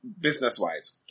business-wise